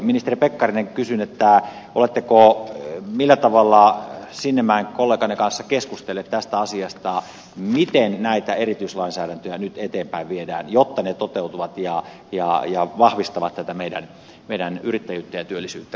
ministeri pekkarinen kysyn millä tavalla olette kolleganne sinnemäen kanssa keskustelleet tästä asiasta miten näitä erityislainsäädäntöjä nyt eteenpäin viedään jotta ne toteutuvat ja vahvistavat tätä meidän yrittäjyyttä ja työllisyyttä kaikilla aloilla